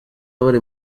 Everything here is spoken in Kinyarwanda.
baba